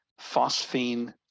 phosphine